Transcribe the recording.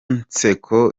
nseko